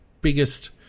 biggest